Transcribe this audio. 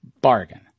Bargain